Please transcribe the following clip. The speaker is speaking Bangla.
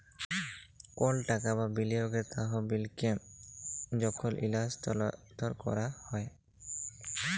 কল টাকা বা বিলিয়গের তহবিলকে যখল ইস্থালাল্তর ক্যরা হ্যয়